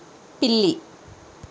పిల్లి